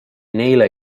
neile